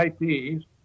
IPs